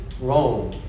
Rome